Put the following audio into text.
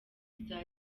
iza